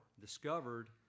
discovered